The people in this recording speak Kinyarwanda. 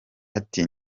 ati